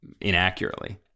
inaccurately